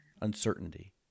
uncertainty